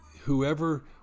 whoever